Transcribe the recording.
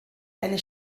eine